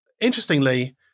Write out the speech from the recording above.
interestingly